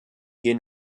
hier